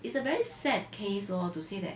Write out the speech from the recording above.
it's a very sad case lor to say that